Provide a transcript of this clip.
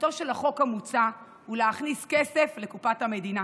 תכליתו של החוק המוצע היא להכניס כסף לקופת המדינה.